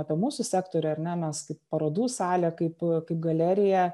apie mūsų sektorių ar ne mes kaip parodų salė kaip kaip galerija